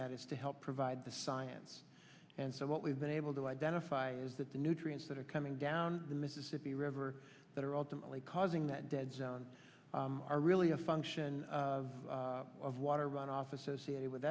that is to help provide the science and so what we've been able to identify is that the nutrients that are coming down the mississippi river that are ultimately causing that dead zone are really a function of water runoff associated with